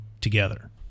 together